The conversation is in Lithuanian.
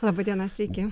laba diena sveiki